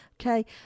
okay